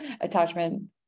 Attachment